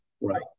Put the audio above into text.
Right